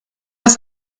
ist